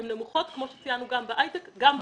הן נמוכות כמו שציינו גם בהיי-טק וגם בהוראה.